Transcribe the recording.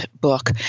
book